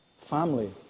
family